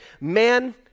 man